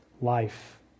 life